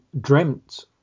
dreamt